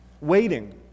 Waiting